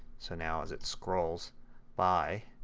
so now as it scrolls by